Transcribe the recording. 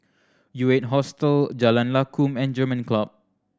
U Eight Hostel Jalan Lakum and German Club